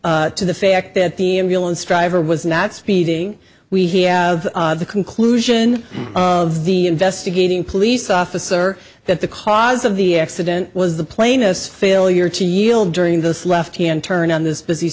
to to the fact that the ambulance driver was not speeding we have the conclusion of the investigating police officer that the cause of the accident was the plaintiff's failure to yield during those left hand turn on this